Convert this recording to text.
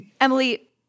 Emily